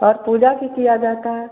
और पूजा भी की जाती है